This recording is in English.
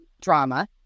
drama